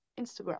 Instagram